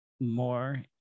More